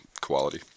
quality